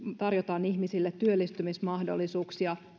tarjotaan ihmisille työllistymismahdollisuuksia